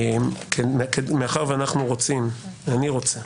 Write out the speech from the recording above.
אני רוצה